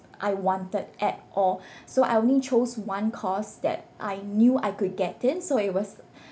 I wanted at all so I only chose one course that I knew I could get in so it was